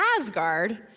Asgard